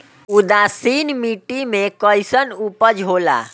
उदासीन मिट्टी में कईसन उपज होला?